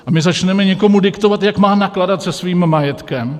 A my začneme někomu diktovat, jak má nakládat se svým majetkem.